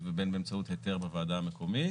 ובין באמצעות היתר בוועדה המקומית.